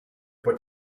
what